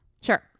Sure